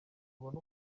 ubona